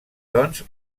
doncs